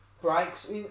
breaks